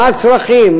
על הצרכים,